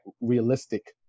realistic